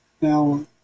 Now